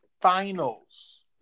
Finals